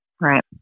Right